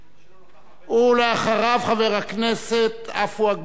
ואחריו, חבר הכנסת עפו אגבאריה.